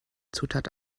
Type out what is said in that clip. zutat